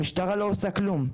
המשטרה לא עושה כלום,